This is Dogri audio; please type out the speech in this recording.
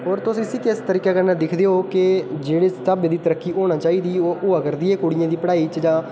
होर तुस इसी किस तरीके कन्नै दिक्खदे ओह् की जिस स्हाबै दी तरक्की होना चाहिदी ओह् होआ करदी ऐ कुड़ियें दी पढ़ाई च जां